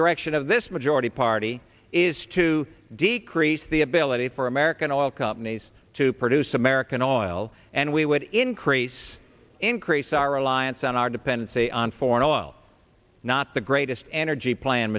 direction of this majority party is to decrease the ability for american oil companies to produce american oil and we would increase increase our reliance on our dependency on foreign oil not the greatest energy pla